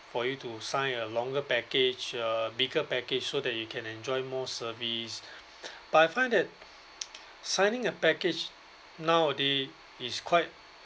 for you to sign a longer package uh bigger package so that you can enjoy more service but I find that signing a package nowadays is quite